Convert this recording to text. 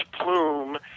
plume